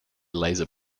laser